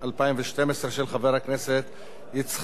של חבר הכנסת יצחק הרצוג.